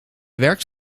werkt